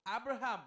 Abraham